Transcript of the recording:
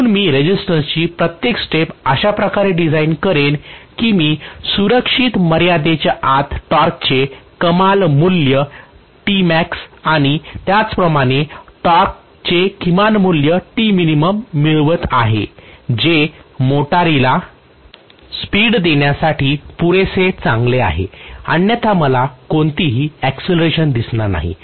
म्हणून मी रेसिस्टन्स ची प्रत्येक स्टेप अशा प्रकारे डिझाइन करेन की मी सुरक्षित मर्यादेच्या आत टॉर्कचे कमाल मूल्य आणि त्याचप्रमाणे टॉर्कचे किमान मूल्य मिळवित आहे जे मोटारीला स्पीड देण्यासाठी पुरेसे चांगले आहे अन्यथा मला कोणताही अक्सिलेरेशन दिसणार नाही